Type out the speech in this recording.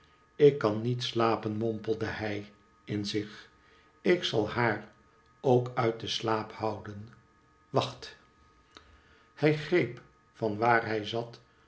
ik kan niet slapen mompelde hij in zich ik zal haar ook uit den slaap houden wacht hij greep van waar hij zat